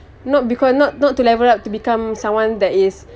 not because not not to level up to become someone that is